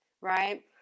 Right